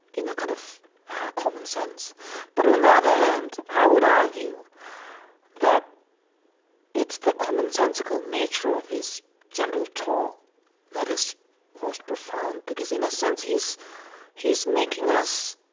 you know, kind of common sense but on the other hand, i would argue that it's the commonsensical nature of his gentle talk that is most profound. profound. because, in a sense, he's he's making us